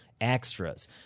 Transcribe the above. extras